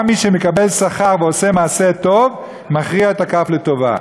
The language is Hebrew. גם מי שמקבל שכר ועושה מעשה טוב מכריע את הכף לטובה,